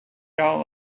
all